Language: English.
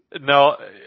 No